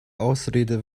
ausrede